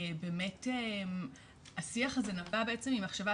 באמת השיח הזה נבע ממחשבה,